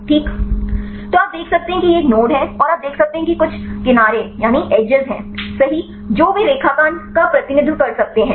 ठीक तो आप देख सकते हैं कि यह एक नोड है और आप देख सकते हैं कि कुछ किनारे हैं सही जो वे रेखांकन का प्रतिनिधित्व कर सकते हैं